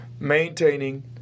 maintaining